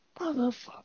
Motherfucker